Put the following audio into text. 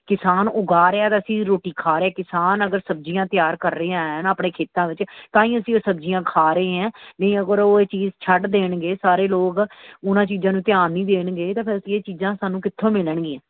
ਕਿਸਾਨ ਉਗਾ ਰਿਹਾ ਤਾਂ ਅਸੀਂ ਰੋਟੀ ਖਾ ਰਹੇ ਕਿਸਾਨ ਅਗਰ ਸਬਜ਼ੀਆਂ ਤਿਆਰ ਕਰ ਰਿਹਾ ਹੈ ਨਾ ਆਪਣੇ ਖੇਤਾਂ ਵਿੱਚ ਤਾਂ ਹੀ ਅਸੀਂ ਉਹ ਸਬਜ਼ੀਆਂ ਖਾ ਰਹੇ ਹਾਂ ਨਹੀਂ ਅਗਰ ਉਹ ਇਹ ਚੀਜ਼ ਛੱਡ ਦੇਣਗੇ ਸਾਰੇ ਲੋਕ ਉਹਨਾਂ ਚੀਜ਼ਾਂ ਨੂੰ ਧਿਆਨ ਨਹੀਂ ਦੇਣਗੇ ਤਾਂ ਫਿਰ ਅਸੀਂ ਇਹ ਚੀਜ਼ਾਂ ਸਾਨੂੰ ਕਿੱਥੋਂ ਮਿਲਣਗੀਆਂ